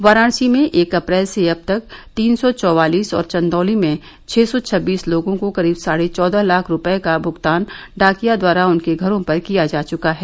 वाराणसी में एक अप्रैल से अब तक तीन सौ चवालीस और चंदौली में छह सौ छब्बीस लोगों को करीब साढ़े चौदह लाख रूपये का भुगतान डाकिया द्वारा उनके घरों पर किया जा चुका है